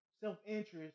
self-interest